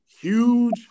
Huge